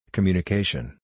communication